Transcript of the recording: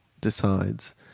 decides